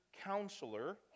counselor